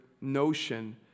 notion